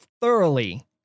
thoroughly